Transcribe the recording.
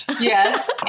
Yes